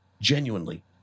genuinely